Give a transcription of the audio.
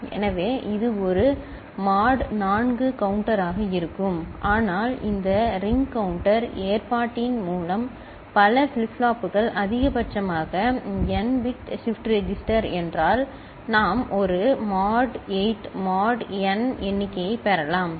எனவே இது ஒரு மோட் 4 கவுண்ட்டராக இருக்கும் ஆனால் இந்த ரிங் கவுண்டர் ஏற்பாட்டின் மூலம் பல ஃபிளிப் ஃப்ளாப்புகள் அதிகபட்சமாக என் பிட் ஷிப்ட் ரெஜிஸ்டர் என்றால் நாம் ஒரு மோட் 8 மோட் என் எண்ணிக்கையைப் பெறலாம் சரி